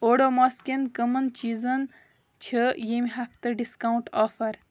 اوڈوماس کٮ۪ن کَمَن چیٖزن چھِ ییٚمہِ ہفتہٕ ڈِسکاوُنٛٹ آفر